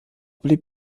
blieb